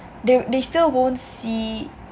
they they still won't see